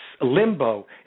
limbo